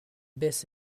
baisse